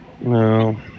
No